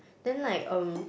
then like um